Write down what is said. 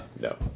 No